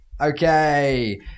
Okay